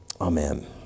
amen